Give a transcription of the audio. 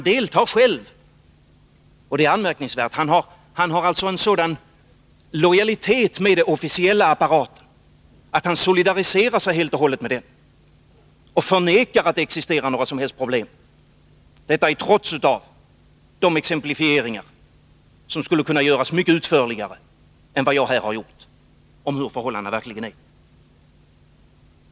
Björn Körlof har alltså en sådan lojalitet mot den officiella apparaten att han solidariserar sig helt och hållet med den och förnekar att det existerar några som helst problem, detta i trots av de exemplifieringar av förhållandena som jag har gjort och som skulle kunna göras mycket utförligare.